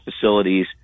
facilities